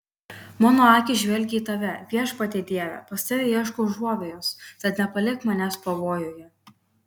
mano akys žvelgia į tave viešpatie dieve pas tave ieškau užuovėjos tad nepalik manęs pavojuje